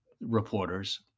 reporters